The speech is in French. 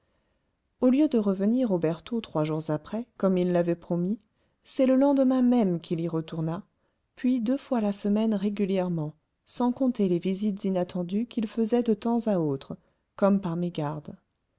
au lieu de revenir aux bertaux trois jours après comme il l'avait promis c'est le lendemain même qu'il y retourna puis deux fois la semaine régulièrement sans compter les visites inattendues qu'il faisait de temps à autre comme par mégarde